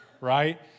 right